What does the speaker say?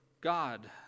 God